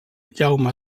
jaume